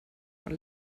von